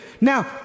Now